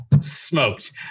smoked